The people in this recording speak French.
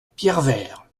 pierrevert